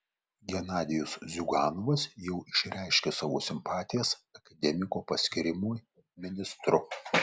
genadijus ziuganovas jau išreiškė savo simpatijas akademiko paskyrimui ministru